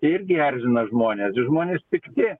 tai irgi erzina žmones žmonės pikti